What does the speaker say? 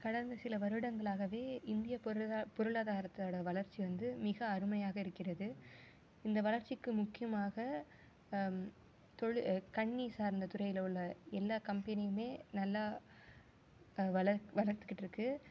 கடந்த சில வருடங்களாகவே இந்திய பொரு பொருளாதாரத்தோடய வளர்ச்சி வந்து மிக அருமையாக இருக்கிறது இந்த வளர்ச்சிக்கு முக்கியமாக தொழி கண்ணி சார்ந்த துறையில் உள்ள எல்லா கம்பெனியுமே நல்லா வளர்த்துக்கிட்டு இருக்குது